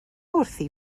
wrthi